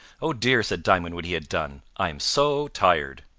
oh dear! said diamond when he had done, i'm so tired!